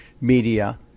media